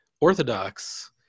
orthodox